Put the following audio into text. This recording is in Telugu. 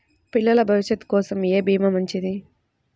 పిల్లల భవిష్యత్ కోసం ఏ భీమా మంచిది?